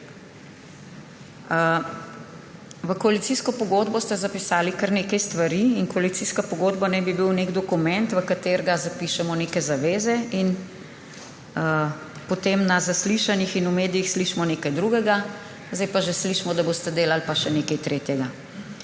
V koalicijsko pogodbo ste zapisali kar nekaj stvari in koalicijska pogodba naj bi bila nek dokument, v katerega zapišemo neke zaveze. In potem na zaslišanjih in v medijih slišimo nekaj drugega, zdaj pa že slišimo, da boste delali še nekaj tretjega.